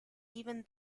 even